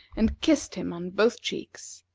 and kissed him on both cheeks.